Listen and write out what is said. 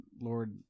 Lord